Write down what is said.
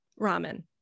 Ramen